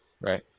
right